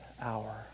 hour